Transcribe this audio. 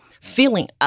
feeling